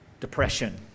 depression